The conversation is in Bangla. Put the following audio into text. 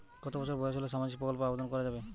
কত বছর বয়স হলে সামাজিক প্রকল্পর আবেদন করযাবে?